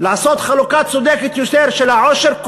לעשות חלוקה צודקת יותר של העושר,